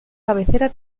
cabecera